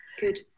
good